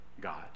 God